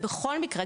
בכל מקרה,